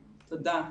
תודה.